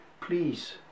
please